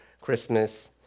Christmas